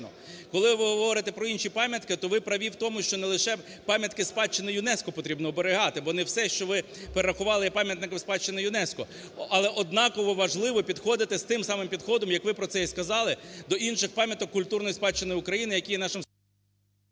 Коли ви говорите про інші пам'ятки, то ви праві в тому, що не лише пам'ятки спадщини ЮНЕСКО потрібно оберігати, бо не все, що ви перерахували, є пам'ятником спадщини ЮНЕСКО. Але однаково важливо підходити з тим самим підходом, як ви про це і сказали, до інших пам'яток культурної спадщини України, які є нашим…